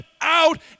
out